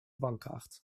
bankkaart